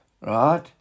Right